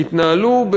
התנהלו,